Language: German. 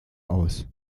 aus